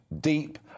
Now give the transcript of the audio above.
deep